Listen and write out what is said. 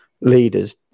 leaders